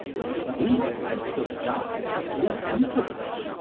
what news, my lord of derby, from the emperor?